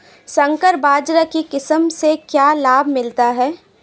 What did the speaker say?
संकर बाजरा की किस्म से क्या लाभ मिलता है?